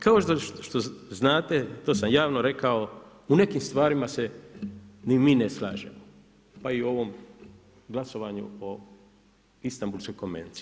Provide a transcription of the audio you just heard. Kao što znate, to sam javno rekao, u nekim stvarima se ni mi ne slažemo pa i u ovom glasovanju o Istanbulskoj konvenciji.